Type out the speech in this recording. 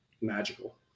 magical